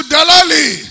Dalali